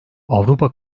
avrupa